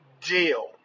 deal